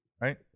right